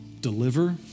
deliver